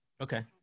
Okay